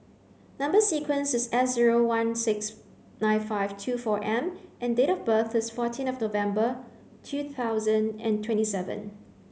number sequence is S zero one six nine five two four M and date of birth is forteen of November two thousand and twenty seven